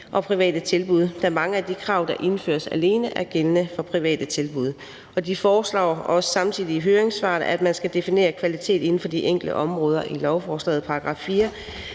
og private tilbud, da mange af de krav, der indføres, alene er gældende for private tilbud. Og de foreslår også samtidig i høringssvarene, at man skal definere kvalitet inden for de enkelte områder i lovforslagets § 4,